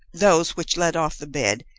those which led off the bed,